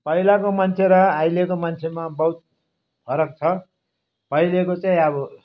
पहिलाको मान्छे र अहिलेको मान्छेमा बहुत फरक छ पहिलेको चाहिँ अब